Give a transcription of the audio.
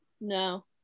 No